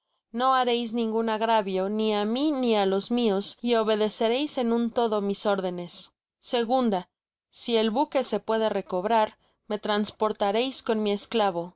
no hareis ningun agravio ni á mí ni á los mios y obedecereis en un todo mis órdenes segunda si el buque se puede recobrar me transportareis con mi